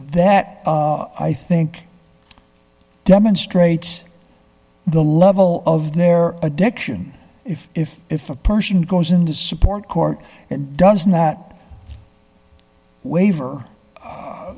that i think demonstrates the level of their addiction if if if a person goes into support court and does not waiver